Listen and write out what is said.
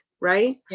right